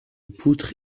poutre